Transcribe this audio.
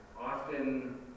often